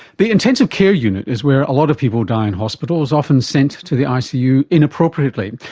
the intensive care unit is where a lot of people die in hospitals, often sent to the icu inappropriately,